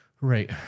Right